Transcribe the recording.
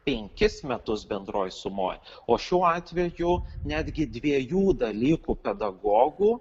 penkis metus bendroj sumoj o šiuo atveju netgi dviejų dalykų pedagogų